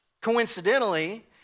Coincidentally